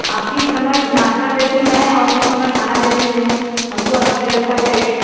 आप किस समय नाश्ता देती हैं किस समय खाना देती हैं हमको अच्छा व्यवस्था चाहिए